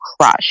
crush